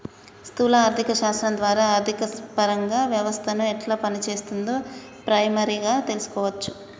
స్థూల ఆర్థిక శాస్త్రం ద్వారా ఆర్థికపరంగా వ్యవస్థను ఎట్లా పనిచేత్తుందో ప్రైమరీగా తెల్సుకోవచ్చును